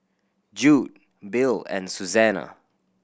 Jude Bill and Susana